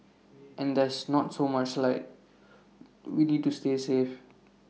and there's not so much light we need to stay safe